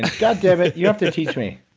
goddammit, you have to teach me